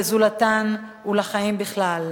לזולתן ולחיים בכלל.